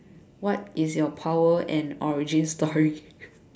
what is your power and origin story